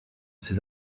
ses